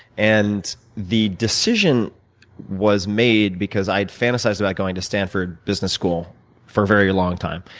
and the decision was made because i had fantasized about going to stanford business school for a very long time.